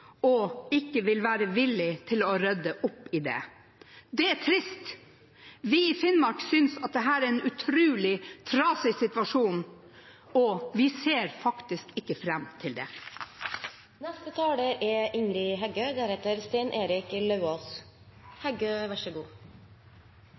og ikke vil være villig til å rydde opp i. Det er trist. Vi i Finnmark synes at dette er en utrolig trasig situasjon, og vi ser faktisk ikke fram til det. I Sogn og Fjordane sa vi ja til samanslåing med Hordaland under klare føresetnader, føresetnader som ikkje er